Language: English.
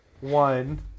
one